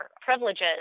privileges